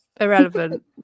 Irrelevant